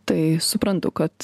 tai suprantu kad